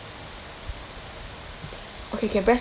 okay can pres~